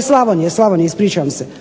Slavonije ispričavam se,